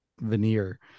veneer